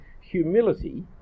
humility